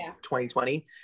2020